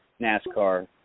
NASCAR